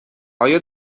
آیا